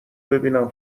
ببینن